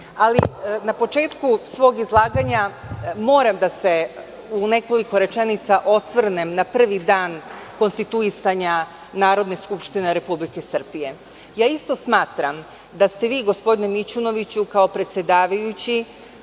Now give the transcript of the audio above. na početku svog izlaganja moram da se u nekoliko rečenica osvrnem na prvi dan konstituisanja Narodne skupštine Republike Srbije. Ja isto smatram da ste vi, gospodine Mićunoviću, kao predsedavajući,